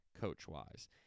coach-wise